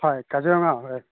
হয় কাজিৰঙা অভয়াৰণ্য